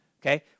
okay